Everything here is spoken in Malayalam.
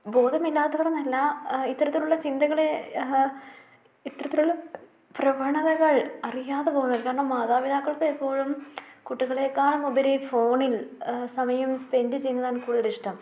ബോധമില്ലാത്തവർ എന്നല്ല ഇത്തരത്തിലുള്ള ചിന്തകളെ ഇത്തരത്തിലുള്ള പ്രവണതകൾ അറിയാതെ പോകരുത് കാരണം മാതാപിതാക്കൾക്ക് എപ്പോഴും കുട്ടികളേക്കാളും ഉപരി ഫോണിൽ സമയം സ്പെൻഡ് ചെയ്യുന്നതാണ് കൂടുതലിഷ്ടം